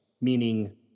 meaning